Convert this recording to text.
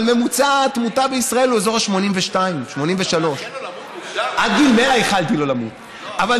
אבל ממוצע התמותה בישראל הוא אזור ה-82 83. אתה מאחל לו למות מוקדם?